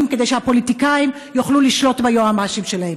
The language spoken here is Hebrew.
כדי שהפוליטיקאים יוכלו לשלוט ביועמ"שים שלהם.